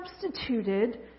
substituted